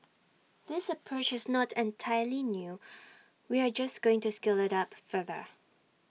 this approach is not entirely new we are just going to scale IT up further